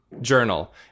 journal